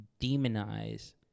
demonize